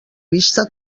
vista